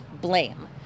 blame